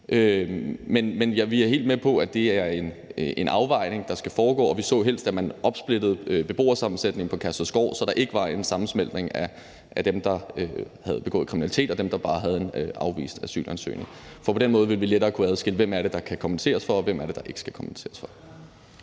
Men vi er helt med på, at det er en afvejning, der skal foregå. Vi så helst, at man opsplittede beboersammensætningen på Kærshovedgård, så der ikke var en sammensmeltning af dem, der havde begået kriminalitet, og dem, der bare havde en afvist asylansøgning. For på den måde ville vi lettere kunne adskille, hvem det er, der kan kompenseres for, og hvem det er, der ikke skal kompenseres for.